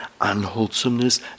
unwholesomeness